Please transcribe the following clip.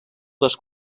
les